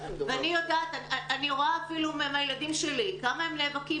אני רואה גם מהילדים שלי כמה היא נאבקים.